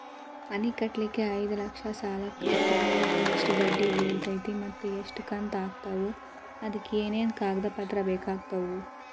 ಮನಿ ಕಟ್ಟಲಿಕ್ಕೆ ಐದ ಲಕ್ಷ ಸಾಲಕ್ಕ ತಿಂಗಳಾ ಎಷ್ಟ ಬಡ್ಡಿ ಬಿಳ್ತೈತಿ ಮತ್ತ ಎಷ್ಟ ಕಂತು ಆಗ್ತಾವ್ ಅದಕ ಏನೇನು ಕಾಗದ ಪತ್ರ ಬೇಕಾಗ್ತವು?